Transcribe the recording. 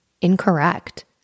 incorrect